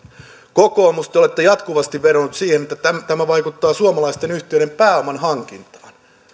kokoomus te olette jatkuvasti vedonneet siihen että tämä vaikuttaa suomalaisten yhtiöiden pääoman hankintaan